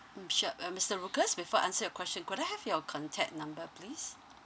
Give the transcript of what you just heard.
mm sure uh mister lucas before I answer your question could I have your contact number please